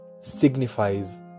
signifies